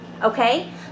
Okay